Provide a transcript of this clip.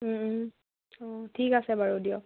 অঁ ঠিক আছে বাৰু দিয়ক